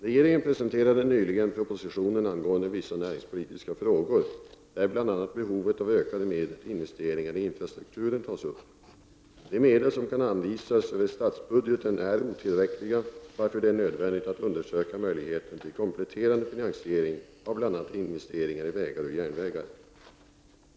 Regeringen presenterade nyligen propositionen angående vissa näringspolitiska frågor , där bl.a. behovet av ökade medel till investeringar i infrastrukturen tas upp. De medel som kan anvisas över statsbudgeten är otillräckliga, varför det är nödvändigt att undersöka möjligheten till kompletterande finansiering av bl.a. investeringar i vägar och järnvägar.